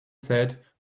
said